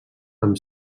amb